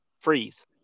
freeze